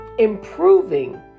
improving